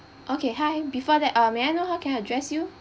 okay hi before that uh may I know how can I address you